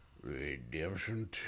Redemption